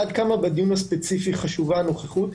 עד כמה בדיון הספציפי חשובה הנוכחות.